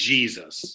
Jesus